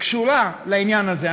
קשורה לעניין הזה.